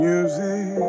Music